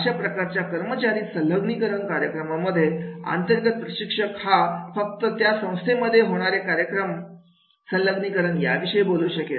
अशा प्रकारच्या कर्मचारी संलग्नीकरण कार्यक्रमांमध्ये अंतर्गत प्रशिक्षक हा फक्त त्या संस्थेमध्ये होणारे कर्मचारी संलग्नीकरण यासंदर्भात बोलू शकेल